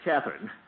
Catherine